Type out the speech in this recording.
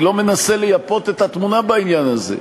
אני לא מנסה לייפות את התמונה בעניין הזה.